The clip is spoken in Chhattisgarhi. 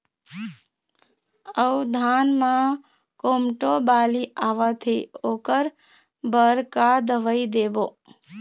अऊ धान म कोमटो बाली आवत हे ओकर बर का दवई देबो?